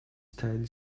teil